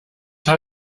noch